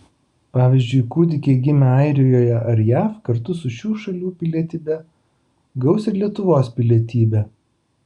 pavyzdžiui kūdikiai gimę airijoje ar jav kartu su šių šalių pilietybe gaus ir lietuvos pilietybę